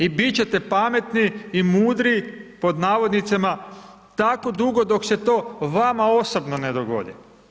I biti ćete pametni i mudri, pod navodnicima tako dugo dok se to vama osobno ne dogodi.